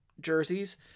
jerseys